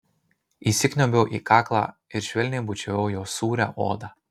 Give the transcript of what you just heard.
įsikniaubiau į kaklą ir švelniai bučiavau jo sūrią odą